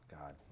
God